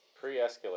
Pre-escalate